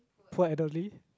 poor elderly